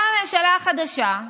באה הממשלה החדשה,